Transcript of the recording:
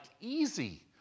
easy